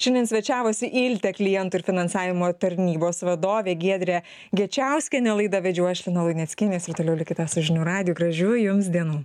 šiandien svečiavosi iltė klientų ir finansavimo tarnybos vadovė giedrė gečiauskienė laidą vedžiau aš lina luneckienė jūs ir toliau likite su žinių radiju gražių jums dienų